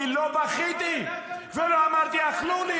כי לא בכיתי ולא אמרתי: אכלו לי,